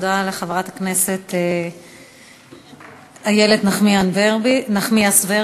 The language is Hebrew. תודה לחברת הכנסת איילת נחמיאס ורבין.